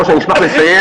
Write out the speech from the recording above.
סליחה, אשמח לסיים,